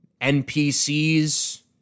NPCs